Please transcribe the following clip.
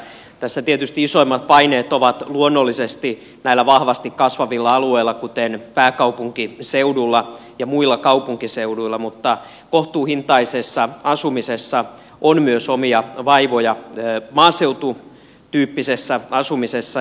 tässä tietysti isoimmat paineet ovat luonnollisesti näillä vahvasti kasvavilla alueilla kuten pääkaupunkiseudulla ja muilla kaupunkiseuduilla mutta kohtuuhintaisessa asumisessa on myös omia vaivoja maaseututyyppisessä asumisessa